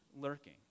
lurking